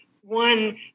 one